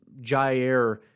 Jair